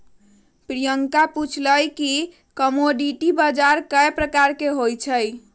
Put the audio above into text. प्रियंका पूछलई कि कमोडीटी बजार कै परकार के होई छई?